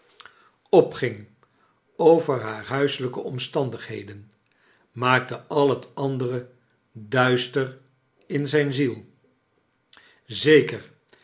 meer opging over haar huiselijke omstandigheden maakte al het andere duister in zijn ziel zeker